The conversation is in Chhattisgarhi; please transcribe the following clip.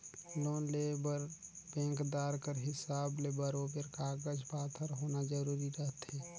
लोन लेय बर बेंकदार कर हिसाब ले बरोबेर कागज पाथर होना जरूरी रहथे